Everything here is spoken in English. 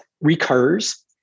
recurs